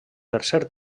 tercer